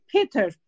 Peter